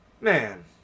man